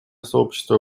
сообщество